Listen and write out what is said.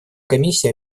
комиссии